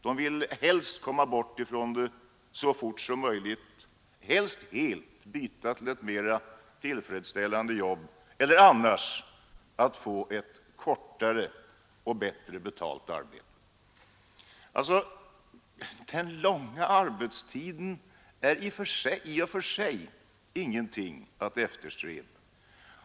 De vill helst komma bort från det så fort som möjligt. De vill byta till ett mera tillfredsställande arbete eller annars få ett lättare och bättre betalt arbete. Den långa arbetstiden är i och för sig ingenting att eftersträva.